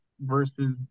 versus